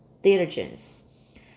diligence